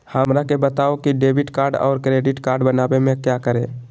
हमरा के बताओ की डेबिट कार्ड और क्रेडिट कार्ड बनवाने में क्या करें?